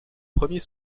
premier